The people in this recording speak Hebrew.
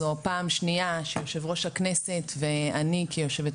זו פעם שניה שיו"ר הכנסת ואני כיו"ר